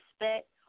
respect